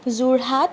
Jorhat